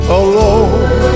alone